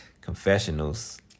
confessionals